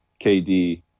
KD